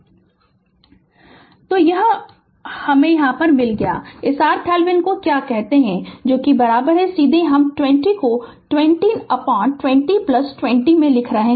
Refer Slide Time 3133 तो यह तो हमें यह मिल गया इस RThevenin को क्या कहते हैं सीधे हम 20 को 2020 20 में लिख रहे हैं